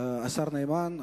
השר נאמן.